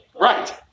Right